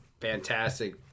fantastic